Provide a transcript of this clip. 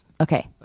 Okay